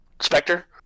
Spectre